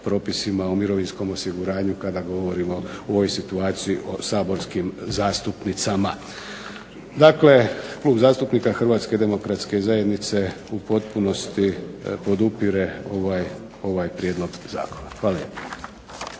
o mirovinskom osiguranju kada govorimo o ovoj situaciji o saborskim zastupnicama. Dakle, Klub zastupnika Hrvatske demokratske zajednice u potpunosti podupire ovaj prijedlog zakona. Hvala